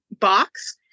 box